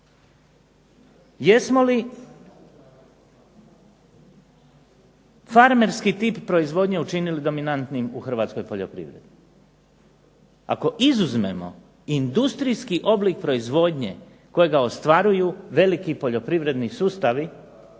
Jesmo li farmerki tip proizvodnje učinili dominantnim u hrvatskoj poljoprivredi? Ako izuzmemo industrijski oblik proizvodnje kojega ostvaruju veliki poljoprivredni sustavi,